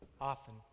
often